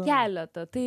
keletą tai